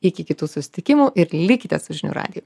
iki kitų susitikimų ir likite su žinių radiju